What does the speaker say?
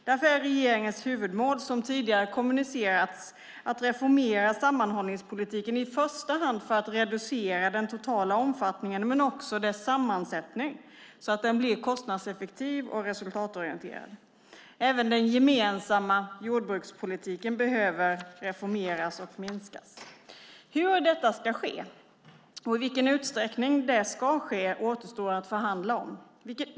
Därför är regeringens huvudmål, som tidigare kommunicerats, att reformera sammanhållningspolitiken, i första hand för att reducera den totala omfattningen men också dess sammansättning så att den blir kostnadseffektiv och resultatorienterad. Även den gemensamma jordbrukspolitiken behöver reformeras och minskas. Hur detta ska ske och i vilken utsträckning det ska ske återstår att förhandla om.